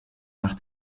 nach